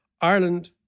Ireland